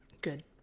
Good